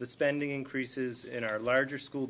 the spending increases in our larger school